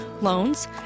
loans